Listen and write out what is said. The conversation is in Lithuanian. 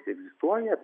ir įsivaizduoja tarė